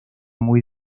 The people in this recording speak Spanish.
muy